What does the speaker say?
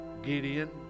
Gideon